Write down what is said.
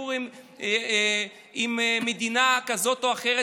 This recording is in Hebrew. שהסיפור עם מדינה כזאת או אחרת,